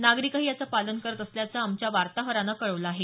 नागरिकही याचं पालन करत असल्याचं आमच्या वार्ताहरानं कळवलं आहे